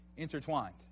intertwined